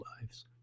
lives